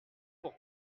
pour